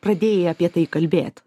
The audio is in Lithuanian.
pradėjai apie tai kalbėt